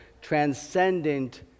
transcendent